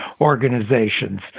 organizations